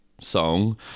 song